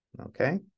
okay